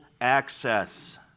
access